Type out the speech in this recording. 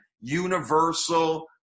universal